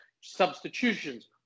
substitutions